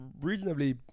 reasonably